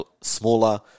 smaller